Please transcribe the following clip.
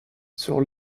sur